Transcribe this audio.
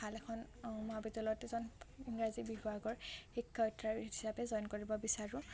ভাল এখন মহাবিদ্যালয়ত এজন ইংৰাজী বিভাগৰ শিক্ষয়ত্ৰী হিচাপে জইন কৰিব বিচাৰোঁ